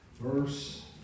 verse